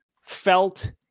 felt